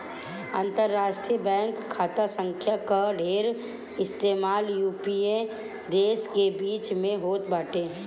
अंतरराष्ट्रीय बैंक खाता संख्या कअ ढेर इस्तेमाल यूरोपीय देस के बीच में होत बाटे